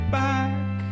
back